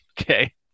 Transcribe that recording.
okay